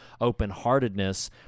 open-heartedness